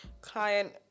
client